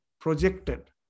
projected